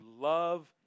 love